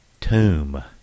Tomb